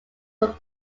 were